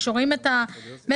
כשרואים את משך